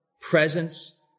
presence